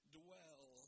dwell